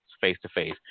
face-to-face